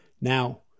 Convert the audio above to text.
Now